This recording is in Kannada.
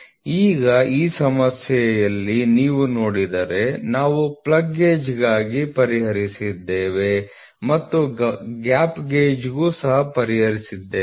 000 ಈಗ ಈ ಸಮಸ್ಯೆಯಲ್ಲಿ ನೀವು ನೋಡಿದರೆ ನಾವು ಪ್ಲಗ್ ಗೇಜ್ಗಾಗಿ ಪರಿಹರಿಸಿದ್ದೇವೆ ಮತ್ತು ಗ್ಯಾಪ್ ಗೇಜ್ಗೂ ನಾವು ಪರಿಹರಿಸಿದ್ದೇವೆ